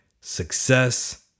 success